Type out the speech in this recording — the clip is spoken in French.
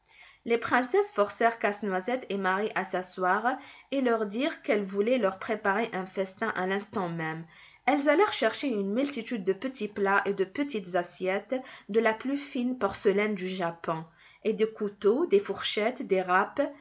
les princesses forcèrent casse-noisette et marie à s'asseoir et leur dirent qu'elles voulaient leur préparer un festin à l'instant même elles allèrent chercher une multitude de petits plats et de petites assiettes de la plus fine porcelaine du japon et des couteaux des fourchettes des râpes